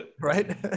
right